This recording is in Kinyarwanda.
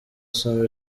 asoma